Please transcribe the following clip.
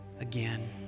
again